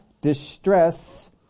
distress